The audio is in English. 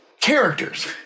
characters